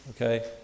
Okay